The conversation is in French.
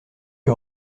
que